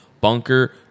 bunker